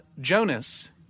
Jonas